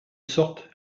sorte